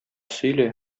сөйлә